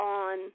on